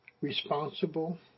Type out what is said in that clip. responsible